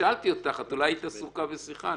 שאלתי אותך, אולי היית עסוקה בשיחה.